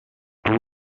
two